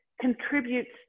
contributes